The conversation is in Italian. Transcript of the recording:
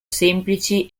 semplici